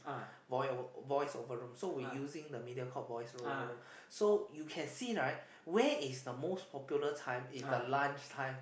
voice over voice over room so we using the Mediacorp voice over room so you can see right where is the most popular time is the lunch time